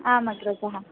आम् अग्रज